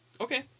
Okay